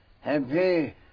happy